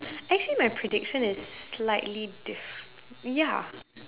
actually my prediction is slightly diff~ ya